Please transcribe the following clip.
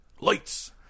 Lights